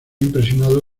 impresionado